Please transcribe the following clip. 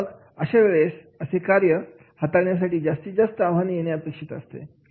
मग अशा वेळेस असे कार्य हाताळण्यासाठी जास्तीत जास्त आव्हानेयेणे अपेक्षित असतात